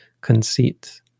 conceit